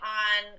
on